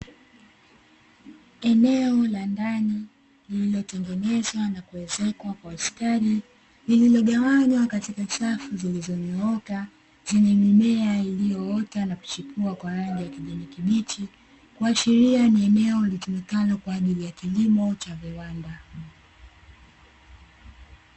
Eneo la ndani lililotengenezwa na kuwezekwa kwa ustadi, lililogawanywa katika safu zilizonyooka zenye mimea iliyoota na kuchipua kwa rangi ya kijani kibichi, kuashiria ni eneo litumikalo kwa ajili ya kilimo cha viwanda.